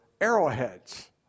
arrowheads